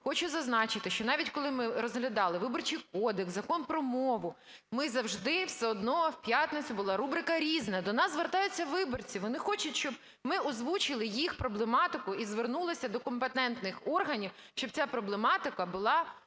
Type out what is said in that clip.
Хочу зазначити, що навіть коли ми розглядали Виборчий кодекс, Закон про мову, ми завжди… все одно в п'ятницю була рубрика "Різне". До нас звертаються виборці, вони хочуть, щоб ми озвучили їх проблематику і звернулися до компетентних органів, щоб ця проблематика була озвучена,